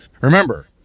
remember